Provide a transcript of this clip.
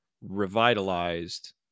revitalized